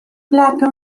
plato